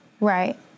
Right